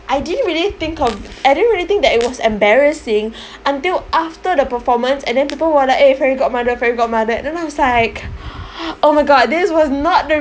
I didn't really think of I didn't really think that it was embarrassing until after the performance and then people were like eh fairy godmother fairy godmother then I was like oh my god this was not the